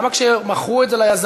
למה כשמכרו את זה ליזמים,